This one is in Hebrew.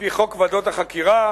על-פי חוק ועדות החקירה,